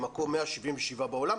היא מקום 177 בעולם,